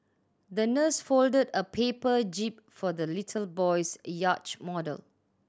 the nurse folded a paper jib for the little boy's model